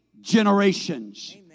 generations